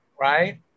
right